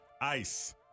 Ice